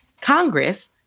Congress